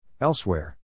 elsewhere